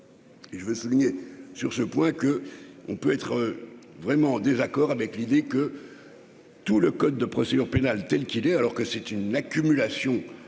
Et je veux souligner, sur ce point que on peut être vraiment en désaccord avec l'idée que tout le code de procédure pénale, telle qu'il est alors que c'est une accumulation de